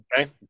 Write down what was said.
okay